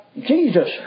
Jesus